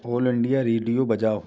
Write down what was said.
all India radio बजाओ